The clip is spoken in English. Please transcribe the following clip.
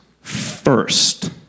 first